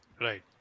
Right